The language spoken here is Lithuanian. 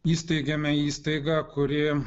įsteigėme įstaigą kuri